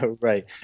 Right